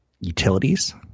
utilities